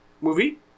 movie